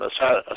aside